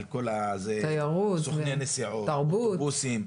סוכני נסיעות, אוטובוסים.